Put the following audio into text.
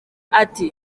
ati